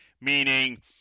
meaning